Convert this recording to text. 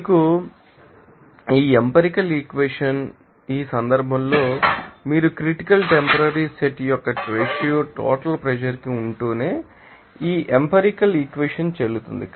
మీకు తెలుసా ఈ ఎంపిరికాల్ ఈక్వెషన్ ఈ సందర్భంలో మీరు క్రిటికల్ టెంపరరీ సెట్ యొక్క రేషియో టోటల్ ప్రెషర్ కి ఉంటేనే ఈ ఎంపిరికాల్ ఈక్వెషన్ చెల్లుతుంది